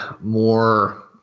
more